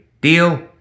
Deal